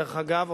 דרך אגב,